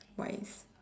what is